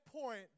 point